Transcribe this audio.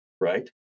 right